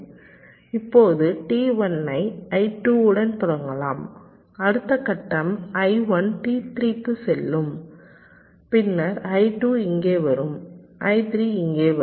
இப்போது T1 ஐ I2 உடன் தொடங்கலாம் அடுத்த கட்டம் I1 T3 க்கு செல்லும் பின்னர் I2 இங்கே வரும் I3 இங்கே வரும்